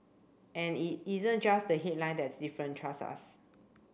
and it isn't just the headline that's different trust us